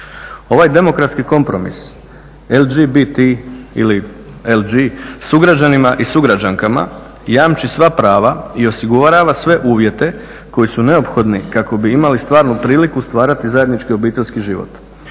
Ovaj demokratski kompromis LGBT ili LG sugrađanima i sugrađankama jamči sva prava i osigurava sve uvjete koje su neophodni kako bi imali stvarnu priliku stvarati zajednički obiteljski život.